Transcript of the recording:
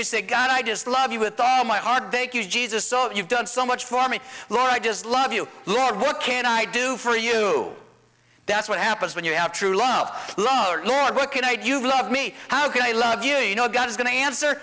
you say god i just love you with all my heart thank you jesus so you've done so much for me lord i just love you lord what can i do for you that's what happens when you have true love love our lord what can i do you love me how can i love you you know god is going to answer